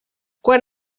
quan